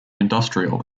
industrial